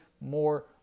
more